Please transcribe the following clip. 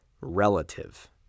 relative